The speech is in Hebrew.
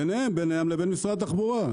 ביניהם, וביניהם לבין משרד התחבורה.